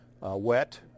wet